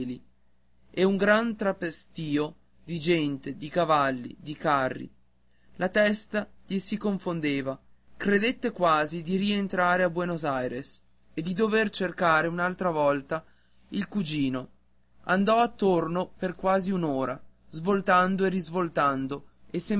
e un gran trepestio di gente di cavalli di carri la testa gli si confondeva credette quasi di rientrare a buenos aires e di dover cercare un'altra volta il cugino andò attorno per quasi un'ora svoltando e risvoltando